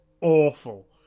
awful